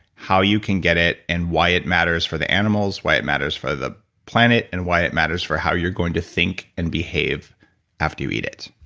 how you can get it, and why it matters for the animals why it matters for the planet, and why it matters for how you're going to think and behave after you eat it?